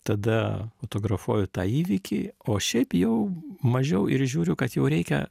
tada fotografuoju tą įvykį o šiaip jau mažiau ir žiūriu kad jau reikia